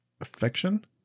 Affection